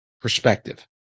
perspective